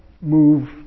move